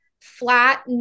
flat